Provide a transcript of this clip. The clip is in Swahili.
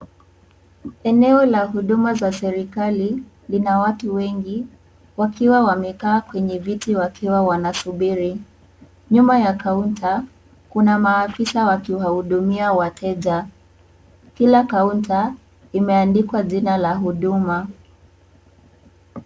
Eneo la huduma za serikali lina watu wengi wakiwa wamekaa kwenye viti wakiwa wanasubiri. Nyuma ya kaunta, kuna maafisa wakiwahudumia wateja. Kila kaunta imeandikwa jina la huduma.